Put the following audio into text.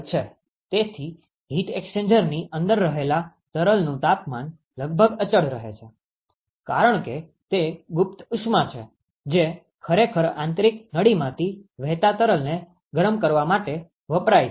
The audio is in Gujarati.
તેથી હીટ એક્સ્ચેન્જરની અંદર રહેલા તરલનું તાપમાન લગભગ અચળ રહે છે કારણ કે તે ગુપ્ત ઉષ્મા છે જે ખરેખર આંતરિક નળીમાંથી વહેતા તરલને ગરમ કરવા માટે વપરાય છે